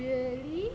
really